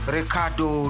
Ricardo